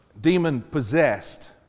demon-possessed